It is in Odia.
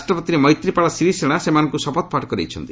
ରାଷ୍ଟ୍ରପତି ମୈତ୍ରିପାଳ ସିରିସେନା ସେମାନଙ୍କୁ ଶପଥ ପାଠ କରାଇଛନ୍ତି